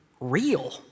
real